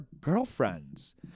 girlfriends